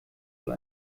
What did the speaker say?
wohl